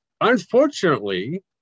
Unfortunately